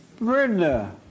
Brenda